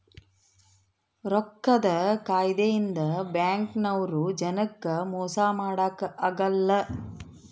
ರೊಕ್ಕದ್ ಕಾಯಿದೆ ಇಂದ ಬ್ಯಾಂಕ್ ನವ್ರು ಜನಕ್ ಮೊಸ ಮಾಡಕ ಅಗಲ್ಲ